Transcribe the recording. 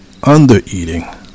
undereating